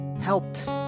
helped